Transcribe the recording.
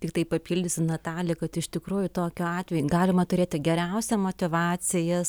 tiktai papildysiu natalę kad iš tikrųjų tokiu atveju galima turėti geriausią motyvacijas